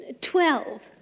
Twelve